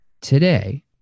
Today